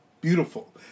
beautiful